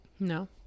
no